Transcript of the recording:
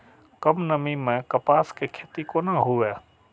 कम नमी मैं कपास के खेती कोना हुऐ?